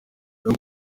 buri